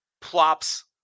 plops